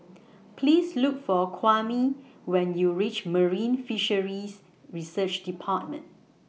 Please Look For Kwame when YOU REACH Marine Fisheries Research department